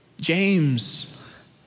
James